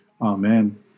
Amen